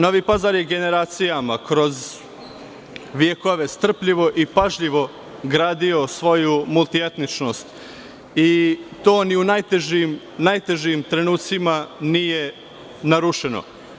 Novi Pazar je generacijama, kroz vekove, strpljivo i pažljivo gradio svoju multietičnost i to ni u najtežim trenucima nije narušeno.